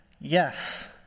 Yes